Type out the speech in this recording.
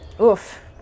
Oof